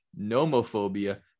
nomophobia